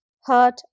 hurt